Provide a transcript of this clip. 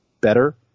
better